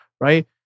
right